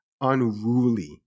unruly